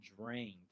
drained